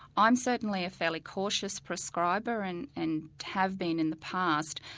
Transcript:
i'm certainly a fairly cautious prescriber and and have been in the past,